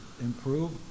improve